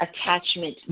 attachment